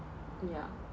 yeah